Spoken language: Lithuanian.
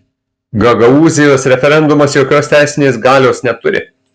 gagaūzijos referendumas jokios teisinės galios neturi